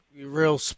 real